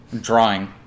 drawing